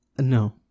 No